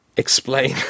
explain